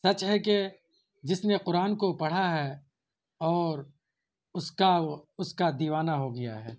سچ ہے کہ جس نے قرآن کو پڑھا ہے اور اس کا وہ اس کا دیوانہ ہو گیا ہے